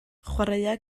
chwaraea